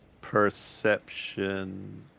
Perception